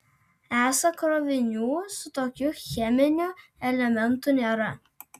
esą krovinių su tokiu cheminiu elementu nėra